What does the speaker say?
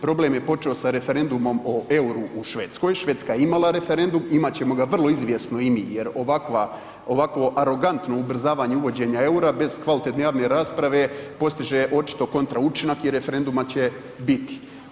Problem je počeo sa referendumom o EUR-u u Švedskoj, Švedska je imala referendum, imat ćemo ga vrlo izvjesno i mi jer ovakvo arogantno ubrzavanje uvođenja EUR-a bez kvalitetne javne rasprave postiže očito kontra učinak i referenduma će biti.